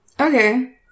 Okay